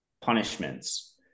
punishments